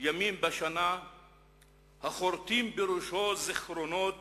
ימים בשנה החורתים בראשו זיכרונות